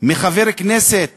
מחבר כנסת